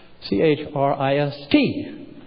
C-H-R-I-S-T